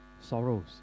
sorrows